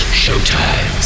showtime